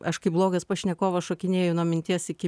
aš kaip blogas pašnekovas šokinėju nuo minties iki